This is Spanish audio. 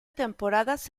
temporadas